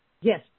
Yes